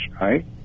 right